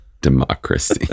democracy